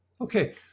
Okay